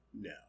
No